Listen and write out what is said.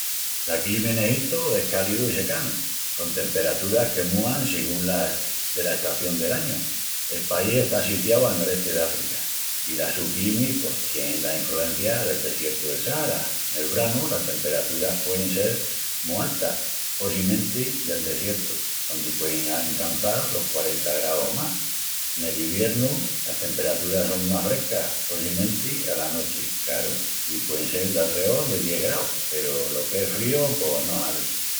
La climi en Egitu es cálidu i secanu, con temperaturas que múan sigún dela estación del añu. El país está assitiau al noresti d'África, i la su climi pos tien la infrugencia del desiertu del Sahara. Nel branu, las temperaturas puein sel mu altas, possimenti del desiertu, ondi puein ancançal los quarenta graus o más. Nel iviernu, las temperaturas son más frescas, possimenti ala nochi, craru, i puein sel d'alreol de dies graus, peru lo qu'es fríu pos no hazi.